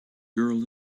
girl